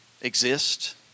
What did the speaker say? exist